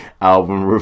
album